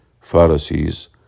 Pharisees